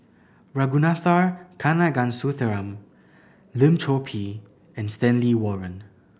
Ragunathar Kanagasuntheram Lim Chor Pee and Stanley Warren